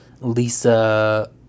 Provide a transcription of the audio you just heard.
Lisa